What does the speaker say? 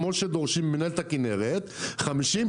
כמו שמינהלת הכנרת דורשים 50,